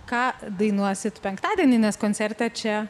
ką dainuosit penktadienį nes koncerte čia